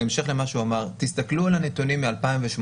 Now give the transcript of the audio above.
בהמשך למה שהוא אמר, תסתכלו על הנתונים מ-2018,